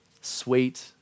sweet